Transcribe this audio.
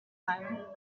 silent